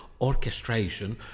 orchestration